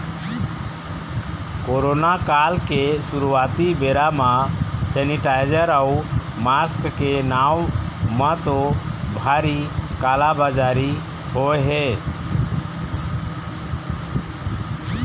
corona काल के शुरुआती बेरा म सेनीटाइजर अउ मास्क के नांव म तो भारी काला बजारी होय हे